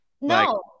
no